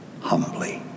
humbly